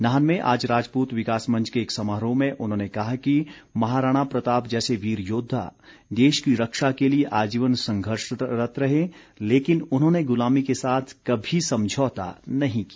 नाहन में आज राजपूत विकास मंच के एक समारोह में उन्होंने कहा कि महाराणा प्रताप जैसे वीर योद्वा देश की रक्षा के लिए आजीवन संघर्षरत रहे लेकिन उन्होंने गुलामी के साथ कभी समझौता नहीं किया